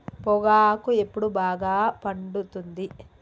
పొగాకు ఎప్పుడు బాగా పండుతుంది?